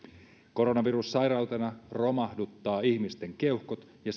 koronavirus sairautena romahduttaa ihmisten keuhkot ja